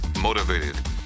motivated